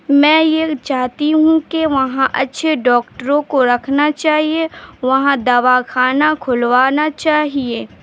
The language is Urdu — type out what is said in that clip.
میں یہ چاہتی ہوں کہ وہاں اچھے ڈاکٹروں کو رکھنا چاہیے وہاں دوا خانہ کھلوانا چاہیے